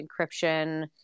encryption